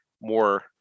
more